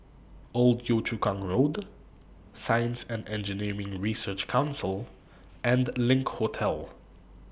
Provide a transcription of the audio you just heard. Old Yio Chu Kang Road Science and Engineering Research Council and LINK Hotel